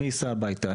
אני אסע הביתה,